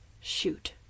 Shoot